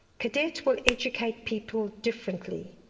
cadet will educate people differently.